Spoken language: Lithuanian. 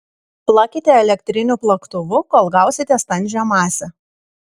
plakite elektriniu plaktuvu kol gausite standžią masę